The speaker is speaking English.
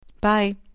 Bye